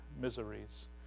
miseries